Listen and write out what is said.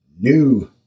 new